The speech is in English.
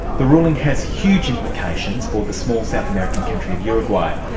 the ruling has huge implications for the small south american country of uruguay.